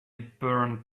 burned